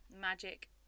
magic